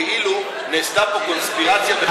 כאילו נעשתה פה קונספירציה בכוונה,